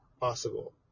possible